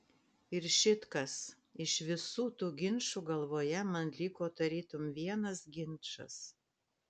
ir šit kas iš visų tų ginčų galvoje man liko tarytum vienas ginčas